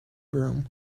broom